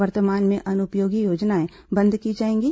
वर्तमान में अनुपयोगी योजनाएं बंद की जाएंगी